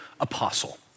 apostle